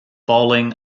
falling